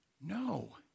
No